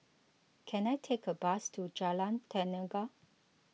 can I take a bus to Jalan Tenaga